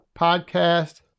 Podcast